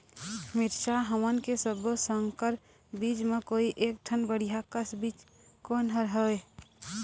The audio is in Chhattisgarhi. मिरचा हमन के सब्बो संकर बीज म कोई एक ठन बढ़िया कस बीज कोन हर होए?